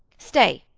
stay.